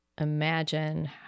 imagine